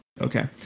Okay